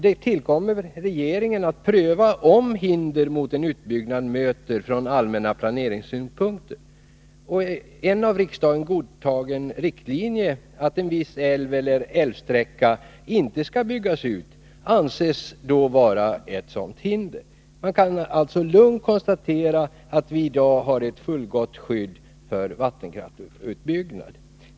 Det tillkommer regeringen att pröva om hinder mot en utbyggnad möter från allmänna planeringssynpunkter. En av riksdagen godtagen riktlinje att en viss älv eller älvsträcka inte skall byggas ut anses då vara ett sådant hinder. Jag kan alltså lungt konstatera att vi i dag har ett fullgott skydd för vattenkraftsutbyggnaden.